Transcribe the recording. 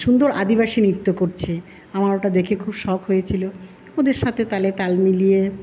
সুন্দর আদিবাসী নৃত্য করছে আমার ওটা দেখে খুব শখ হয়েছিল ওদের সাথে তালে তাল মিলিয়ে